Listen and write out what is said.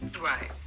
Right